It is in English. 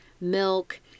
milk